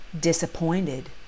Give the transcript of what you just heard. Disappointed